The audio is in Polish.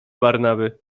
barnaby